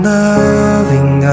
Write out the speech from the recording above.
loving